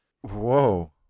Whoa